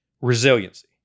resiliency